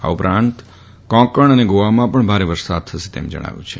આ ઉપરાંત કર્ણાટક કોંકણ અને ગોવામાં પણ ભારે વરસાદ થશે તેમ જણાવ્યું છે